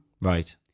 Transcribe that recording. Right